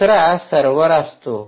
दुसरा सर्वर असतो